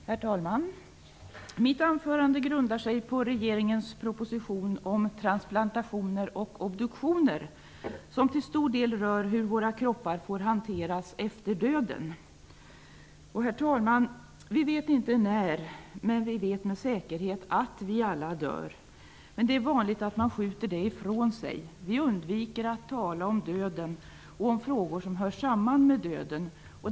Herr talman! Mitt anförande grundar sig på regeringens proposition om transplantationer och obduktioner, som till stor del rör hur våra kroppar får hanteras efter döden. Herr talman! Vi vet inte när, men vi vet med säkerhet att vi alla dör. Det är vanligt att man skjuter det ifrån sig. Vi undviker att tala om döden och om frågor som hör samman med döden.